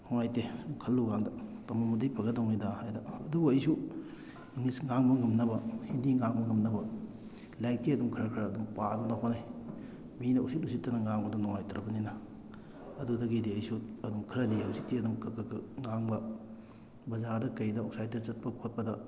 ꯅꯨꯡꯉꯥꯏꯇꯦ ꯈꯜꯂꯨꯕ ꯀꯥꯟꯗ ꯇꯝꯃꯝꯃꯗꯤ ꯐꯒꯗꯧꯅꯤꯗ ꯍꯥꯏꯗꯅ ꯑꯗꯨꯕꯨ ꯑꯩꯁꯨ ꯏꯪꯂꯤꯁ ꯉꯥꯡꯕ ꯉꯝꯅꯕ ꯍꯤꯟꯗꯤ ꯉꯥꯡꯕ ꯉꯝꯅꯕ ꯂꯥꯏꯔꯤꯛꯇꯤ ꯑꯗꯨꯝ ꯈꯔ ꯈꯔ ꯑꯗꯨꯝ ꯄꯥꯗꯅ ꯍꯣꯠꯅꯩ ꯃꯤꯅ ꯎꯁꯤꯠ ꯎꯁꯤꯠꯇꯅ ꯉꯥꯡꯕꯗꯣ ꯅꯨꯡꯉꯥꯏꯇ꯭ꯔꯕꯅꯤꯅ ꯑꯗꯨꯗꯒꯤꯗꯤ ꯑꯩꯁꯨ ꯑꯗꯨꯝ ꯈꯔꯗꯤ ꯍꯧꯖꯤꯛꯇꯤ ꯑꯗꯨꯝ ꯈꯔ ꯈꯔ ꯉꯥꯡꯕ ꯕꯖꯥꯔꯗ ꯀꯩꯗ ꯑꯥꯎꯁꯥꯎꯠꯇ ꯆꯠꯄ ꯈꯣꯠꯄꯗ